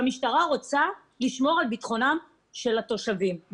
שהמשטרה רוצה לשמור על ביטחונם של התושבים.